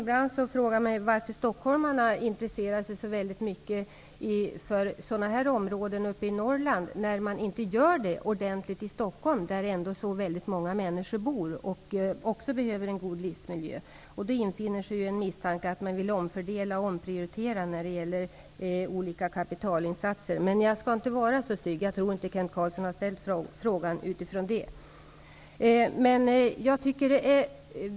Ibland undrar jag varför stockholmarna intresserar sig så väldigt mycket för områden i Norrland när de inte är så intresserade av Stockholm. Där bor ju ändå väldigt många människor som också behöver en god livsmiljö. Misstanken infinner sig att man vill omfördela och omprioritera när det gäller olika kapitalinsatser. Men jag skall inte vara så stygg mot Kent Carlsson, för jag tror inte att han har framställt sin fråga från den utgångspunkten.